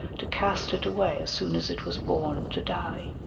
to cast it away as soon as it was born, to die.